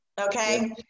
Okay